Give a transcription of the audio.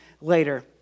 later